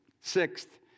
Sixth